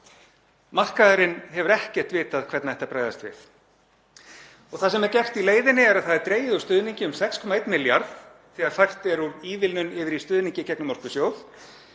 Markaðurinn hefur ekkert vitað hvernig ætti að bregðast við. Það sem er gert í leiðinni er að það er dregið úr stuðningi um 6,1 milljarð, þegar fært er úr ívilnun yfir í stuðning í gegnum orkusjóð,